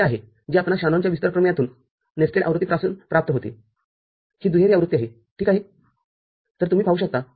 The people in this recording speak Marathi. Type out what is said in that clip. तर हे आहे जे आपणास शॅनॉनच्या विस्तार प्रमेयातून नेस्टेड आवृत्तीपासून प्राप्त होते ही दुहेरी आवृत्ती आहे ठीक आहेतर तुम्ही पाहू शकता